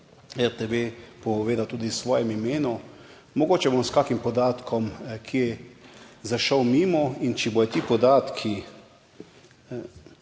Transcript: RTV povedal tudi v svojem imenu. Mogoče bom s kakšnim podatkom kje zašel mimo in če bodo ti podatki,